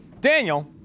Daniel